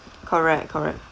correct correct